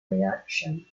reaction